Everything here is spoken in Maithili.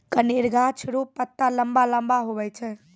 कनेर गाछ रो पत्ता लम्बा लम्बा हुवै छै